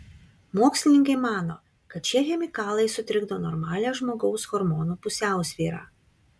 mokslininkai mano kad šie chemikalai sutrikdo normalią žmogaus hormonų pusiausvyrą